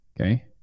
Okay